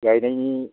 गायनायनि